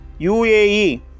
UAE